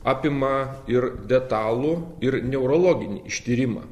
apima ir detalų ir neurologinį ištyrimą